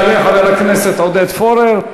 יעלה חבר הכנסת עודד פורר,